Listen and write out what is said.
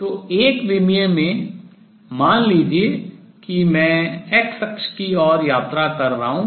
तो एक विमीय में मान लीजिए कि मैं x अक्ष की ओर travel यात्रा कर रहा हूँ